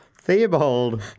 Theobald